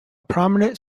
prominent